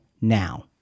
now